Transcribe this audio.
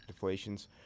deflations